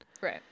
Right